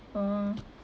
oh